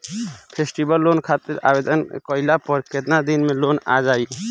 Festival loan खातिर आवेदन कईला पर केतना दिन मे लोन आ जाई?